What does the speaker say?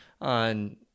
on